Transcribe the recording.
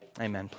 Amen